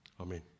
Amen